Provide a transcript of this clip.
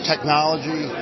Technology